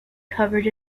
covered